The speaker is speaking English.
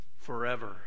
forever